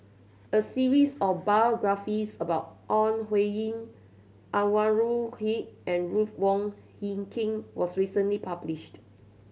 a series of biographies about Ore Huiying Anwarul Haque and Ruth Wong Hie King was recently published